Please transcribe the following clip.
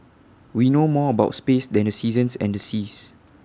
we know more about space than the seasons and the seas